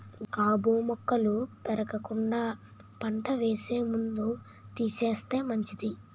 గాబు మొక్కలు పెరగకుండా పంట వేసే ముందు తీసేస్తే మంచిది